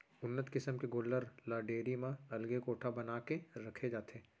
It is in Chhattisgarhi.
उन्नत किसम के गोल्लर ल डेयरी म अलगे कोठा बना के रखे जाथे